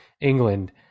England